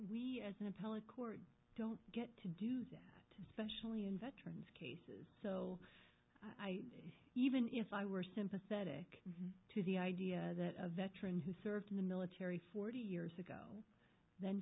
we as an appellate court don't get to do that especially in veteran he says so even if i were sympathetic to the idea that a veteran who served in the military forty years ago then